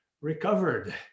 recovered